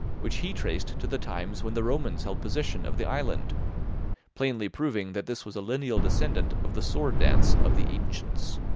which he traced to the times when the romans held possession of the island plainly proving that this was a lineal descendant of the sword-dance of the ancients.